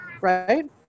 right